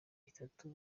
itatu